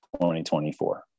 2024